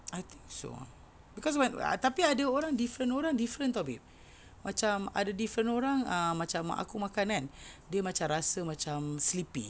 I think so ah cause when tapi ada orang different orang different [tau] babe macam ada different orang ah macam aku makan kan dia macam rasa macam sleepy